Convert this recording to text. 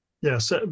Yes